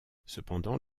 cependant